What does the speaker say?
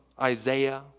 Isaiah